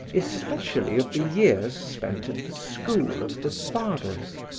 especially of the years spent at the school of the fathers.